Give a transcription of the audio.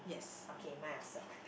okay mine also